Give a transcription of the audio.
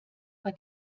bei